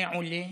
מעולה,